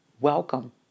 Welcome